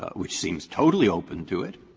ah which seems totally open to it?